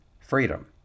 freedom